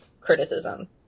criticism